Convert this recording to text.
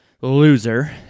loser